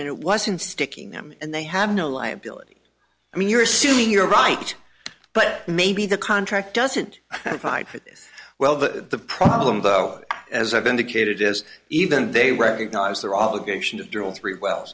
and it wasn't sticking them and they have no liability i mean you're assuming you're right but maybe the contract doesn't hide this well the problem though as i've indicated is even they recognize their obligation to drill three well